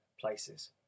places